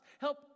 Help